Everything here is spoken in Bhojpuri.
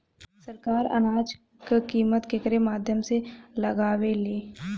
सरकार अनाज क कीमत केकरे माध्यम से लगावे ले?